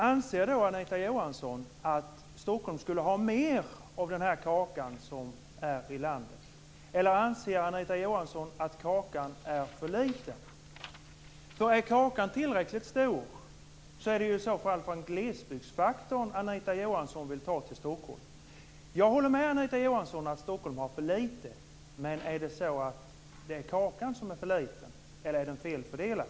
Anser Anita Johansson att Stockholm skall ha mer av kakan som fördelas över landet? Eller anser Anita Johansson att kakan är för liten? Är kakan tillräckligt stor är det i så fall från glesbygden som Anita Johansson vill ta medel till Stockholm. Jag håller med Anita Johansson att Stockholm har för litet pengar. Men är kakan för liten, eller är den felfördelad?